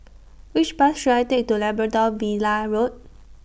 Which Bus should I Take to Labrador Villa Road